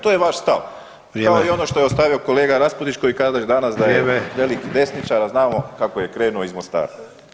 To je vaš stav, kao i ono što je ostavio kolega Raspudić koji kaže danas da je velik desničar, a znamo kako je krenuo iz Mostara.